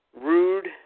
Rude